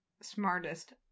smartest